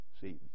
See